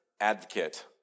advocate